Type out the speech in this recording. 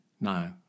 No